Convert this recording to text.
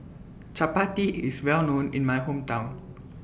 Chapati IS Well known in My Hometown